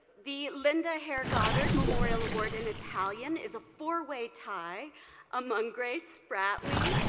the linda hare goddard memorial award in italian is a four-way tie among grace spratley,